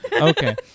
Okay